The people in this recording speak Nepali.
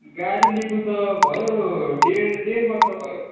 गाडी लिएको त भयो डेढ वर्ष भयो